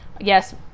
yes